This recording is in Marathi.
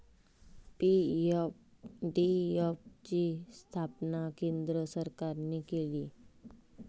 पी.एफ.डी.एफ ची स्थापना केंद्र सरकारने केली